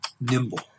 nimble